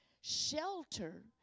shelter